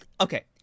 Okay